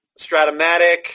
Stratomatic